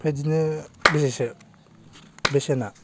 बिदिनो बेसेसो बेसेना